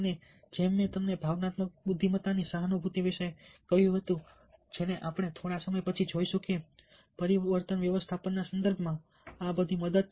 અને જેમ મેં તમને ભાવનાત્મક બુદ્ધિમત્તાની સહાનુભૂતિ વિશે કહ્યું હતું જેને આપણે થોડા સમય પછી જોઈશું કે પરિવર્તન વ્યવસ્થાપનના સંદર્ભમાં આ બધી મદદ